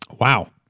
Wow